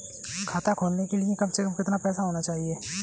खाता खोलने के लिए कम से कम कितना पैसा होना चाहिए?